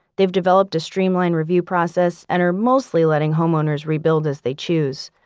they've developed a streamlined review process and are mostly letting homeowners rebuild as they choose.